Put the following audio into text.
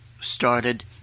started